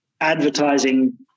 advertising